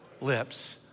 Lips